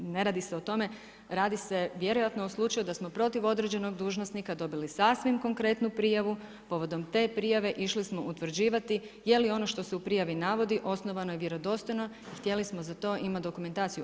Ne radi se o tome, radi se vjerojatno o slučaju da smo protiv određenog dužnosnika dobili sasvim konkretnu prijavu, povodom te prijave išli smo utvrđivati je li ono što se u prijavi navodi osnovano vjerodostojno i htjeli smo za to imati dokumentaciju.